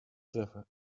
treffen